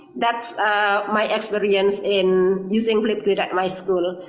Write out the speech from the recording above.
that's my experience in using flipgrid at my school,